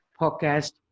podcast